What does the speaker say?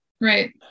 Right